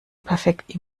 perfekt